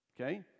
Okay